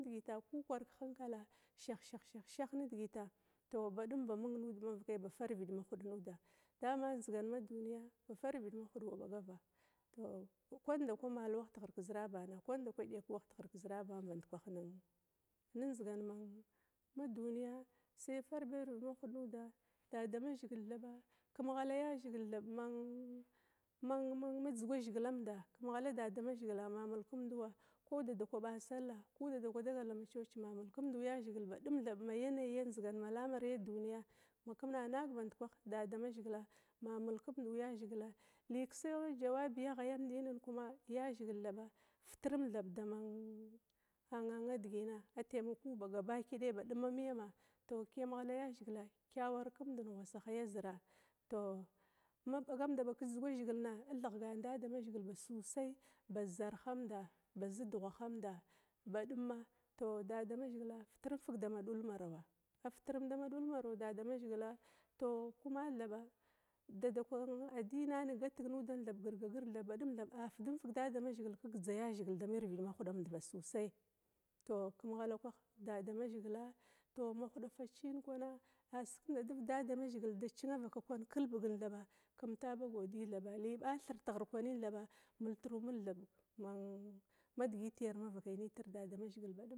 Nidigita ku kwar kehinkala ba shashah shah nidigita tou badum ba mung nuda mavakaya ba varvid mahud nuda dama ndzigan ma duniya ba farvid mahuda ba kwan ndakwi mal wah tighir kezarabana ba kwan ndakwi badek wah tighir kezirabana bandkwah ne ndzigan ma duniya sai fa bir vid mahud nada dadamazhigil thaba kam ghala yazhigil thab ma dzuga zigilamda kam ghala dadama zhigila ma malkumduwa ko dadakwa ɓa sallah, ko dadakwa dagal dama church ma mulkumdu yazhigila li kessa jawabiya ghayamdina tutrum daman ann digina ataimaku ba gaba daya miyama kiyam ghala yazhigila, kiyawar kuma ngwasaha ya zira ma ɓagamda ɓag kedzuga zigila, thighgan damazhigil ba sosai baz zarhamda, bazdugha hamda badumma dadamazhigil fitir fig badum dama dul marawa, afitrum dama dul marawa dadam azhigila tou kuma thaba dadakwa adiniyani gatig nudan thaba girgagir thaba a tidum fig dadamazhigil kegdza yazhigil minvidma nudam badum ba gaba daya ba sosai, tou tihalakwah dadamazhigila ma huda faciyin kwana a sikum dadiv dadama zhigil da cinan vaka kwan kelbigin thaba, tou kum ɓa ba godiya badum thaba, thabali ɓathir tighir kwanin kwana, a multru mulg thaba ma digiti armava kai damazhigil.